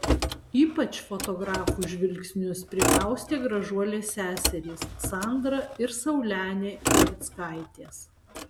ypač fotografų žvilgsnius prikaustė gražuolės seserys sandra ir saulenė chlevickaitės